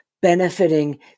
benefiting